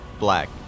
Black